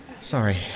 Sorry